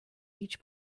each